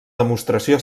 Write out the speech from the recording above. demostració